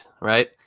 right